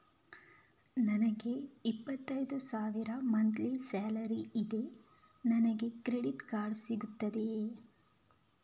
ನನಗೆ ಇಪ್ಪತ್ತೈದು ಸಾವಿರ ಮಂತ್ಲಿ ಸಾಲರಿ ಇದೆ, ನನಗೆ ಕ್ರೆಡಿಟ್ ಕಾರ್ಡ್ ಸಿಗುತ್ತದಾ?